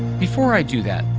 before i do that,